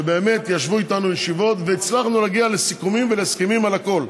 שבאמת ישבו איתנו ישיבות והצלחנו להגיע לסיכומים ולהסכמים על הכול.